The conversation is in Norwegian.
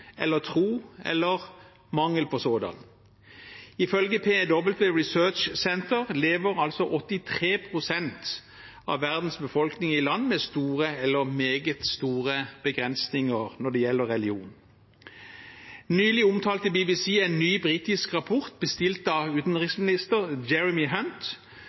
eller tro eller mangel på sådan. Ifølge Pew Research Center lever 83 pst. av verdens befolkning i land med store eller meget store begrensninger når det gjelder religion. Nylig omtalte BBC en ny, britisk rapport, bestilt av utenriksminister Jeremy